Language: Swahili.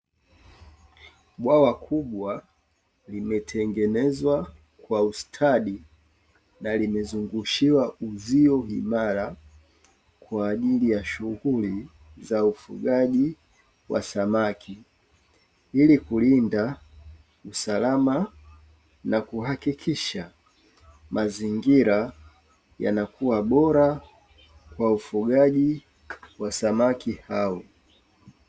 Bwawa kubwa limetengenezwa kwa ustadi na limezungushiwa uzio imara, kwa ajili ya shughuli za ufugaji wa samaki, ili kulinda usalama na kuhakikisha mazingira yanakuwa bora kwa ufugaji wa samaki hao.